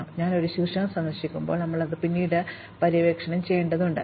ഇപ്പോൾ ഞാൻ ഒരു ശീർഷകം സന്ദർശിക്കുമ്പോൾ ഞങ്ങൾ അത് പിന്നീട് പര്യവേക്ഷണം ചെയ്യേണ്ടതുണ്ട്